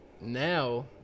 now